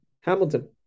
Hamilton